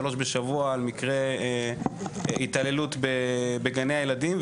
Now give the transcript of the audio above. שלוש בשבוע על מקרי התעללות בגני הילדים.